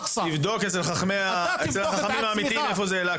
תבדוק אצל החכמים האמיתיים איפה זה אל-אקצא,